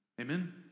Amen